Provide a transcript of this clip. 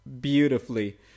beautifully